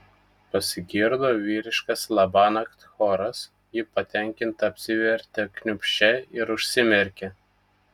pasigirdo vyriškas labanakt choras ji patenkinta apsivertė kniūbsčia ir užsimerkė